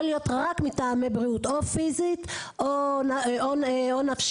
להיות רק מטעמי בריאות או פיזית או נפשית.